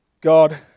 God